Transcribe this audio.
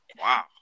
Wow